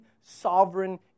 sovereign